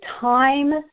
time